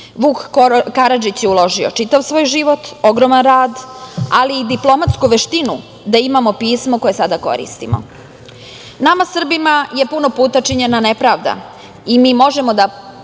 Vuk Karadžić je uložio čitav svoj život, ogroman rad, ali i diplomatsku veštinu da imamo pismo koje sada koristimo. Nama Srbima je puno puta činjena nepravda i mi možemo da